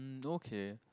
um okay